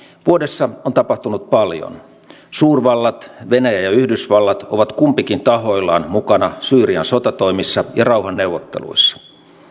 vuodessa on tapahtunut paljon suurvallat venäjä ja yhdysvallat ovat kumpikin tahoillaan mukana syyrian sotatoimissa ja rauhanneuvotteluissa